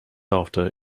after